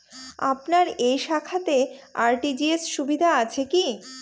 আপনার এই শাখাতে আর.টি.জি.এস সুবিধা আছে কি?